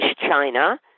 China